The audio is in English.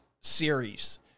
series